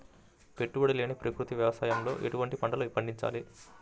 పెట్టుబడి లేని ప్రకృతి వ్యవసాయంలో ఎటువంటి పంటలు పండించాలి?